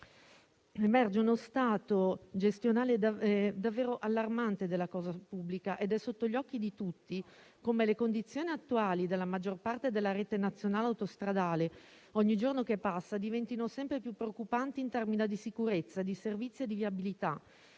Emerge uno stato gestionale davvero allarmante della cosa pubblica ed è sotto gli occhi di tutti come le condizioni attuali della maggior parte della rete nazionale autostradale ogni giorno che passa diventino sempre più preoccupanti in termini di sicurezza, di servizio e di viabilità.